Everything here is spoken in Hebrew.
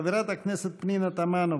חברת הכנסת פנינה תמנו,